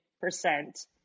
percent